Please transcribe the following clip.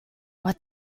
what